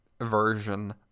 version